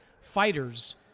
fighters